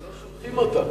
למה לא שולחים אותם?